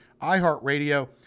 iHeartRadio